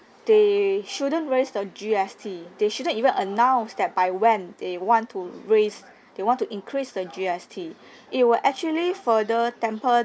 they shouldn't raise the G_S_T they shouldn't even announce that by when they want to raise they want to increase the G_S_T it will actually further dampen